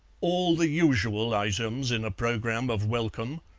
all the usual items in a programme of welcome,